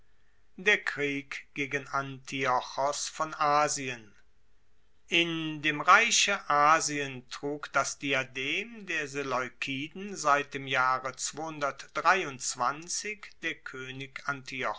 der krieg gegen antiochos von asien in dem reiche asien trug das diadem der seleukiden seit dem jahre der koenig